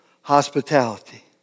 hospitality